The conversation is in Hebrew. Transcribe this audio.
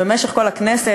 במשך כל הכנסת.